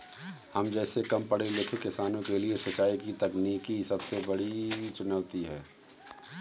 हम जैसै कम पढ़े लिखे किसानों के लिए सिंचाई की तकनीकी सबसे बड़ी चुनौती है